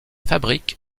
fabrique